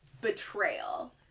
betrayal